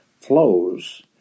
flows